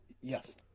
Yes